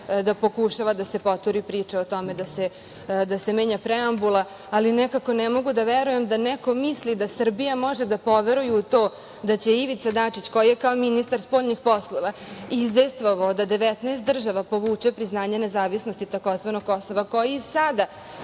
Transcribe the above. da pokušava da se proturi priča o tome da se menja preambula, ali nekako ne mogu da verujem da neko misli da Srbija može da poveruje u to da će Ivica Dačić koji je kao ministar spoljnih poslova izdejstvovao da 19 država povuče priznanje nezavisnosti tzv. Kosova, koji i sada